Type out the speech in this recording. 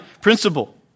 principle